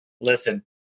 Listen